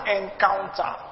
encounter